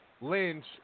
Lynch